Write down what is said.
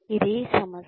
ఇది సంస్థ